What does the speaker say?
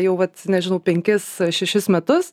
jau vat nežinau penkis šešis metus